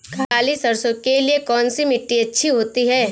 काली सरसो के लिए कौन सी मिट्टी अच्छी होती है?